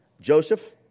Joseph